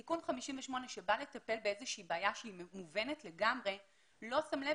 תיקון 58 שבא לטפל באיזושהי בעיה שהיא מובנת לגמרי לא שם לב